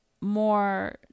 more